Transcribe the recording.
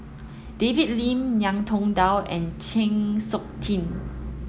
David Lim Ngiam Tong Dow and Chng Seok Tin